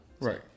Right